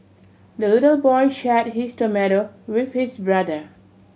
the little boy shared his tomato with his brother